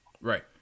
Right